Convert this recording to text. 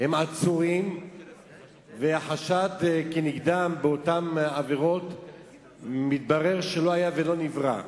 הם עצורים והחשד כנגדם באותן עבירות מתברר שלא היה ולא נברא.